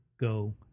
go